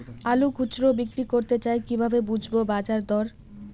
আলু খুচরো বিক্রি করতে চাই কিভাবে বুঝবো বাজার দর?